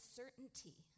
certainty